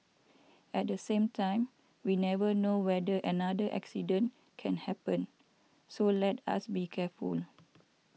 at the same time we never know whether another accident can happen so let us be careful